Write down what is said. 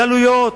גלויות,